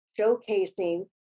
showcasing